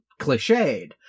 cliched